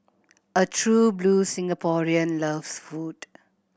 a true blue Singaporean loves food